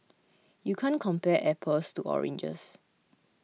you can't compare apples to oranges